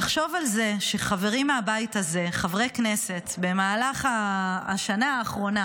לחשוב על זה שחברי הכנסת במהלך השנה האחרונה